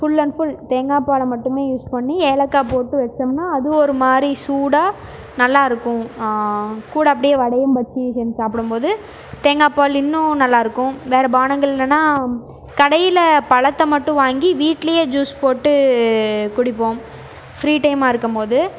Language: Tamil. ஃபுல் அண்ட் ஃபுல் தேங்காப்பாலை மட்டுமே யூஸ் பண்ணி ஏலக்காய் போட்டு வெச்சோம்னால் அது ஒரு மாதிரி சூடாக நல்லாயிருக்கும் கூட அப்படியே வடையும் பஜ்ஜியும் சேர்ந்து சாப்பிடும்போது தேங்காய் பால் இன்னும் நல்லாயிருக்கும் வேறு பானங்கள் இல்லைன்னா கடையில் பழத்தை மட்டும் வாங்கி வீட்டிலியே ஜூஸ் போட்டு குடிப்போம் ஃப்ரீ டைம்மாக இருக்கும்மோது